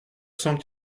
cent